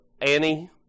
Annie